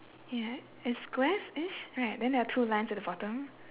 ya it's squareish right then there are two lines at the bottom